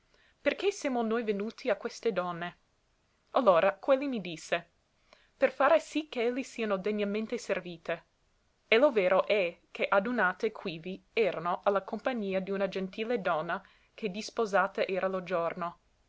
perché semo noi venuti a queste donne allora quelli mi disse per fare sì ch'elle siano degnamente servite e lo vero è che adunate quivi erano a la compagnia d'una gentile donna che disposata era lo giorno